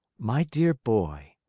my dear boy,